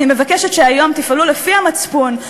אני מבקשת שהיום תפעלו לפי המצפון,